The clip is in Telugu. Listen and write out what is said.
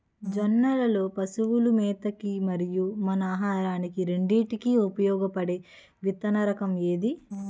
జొన్నలు లో పశువుల మేత కి మరియు మన ఆహారానికి రెండింటికి ఉపయోగపడే విత్తన రకం ఏది?